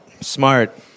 smart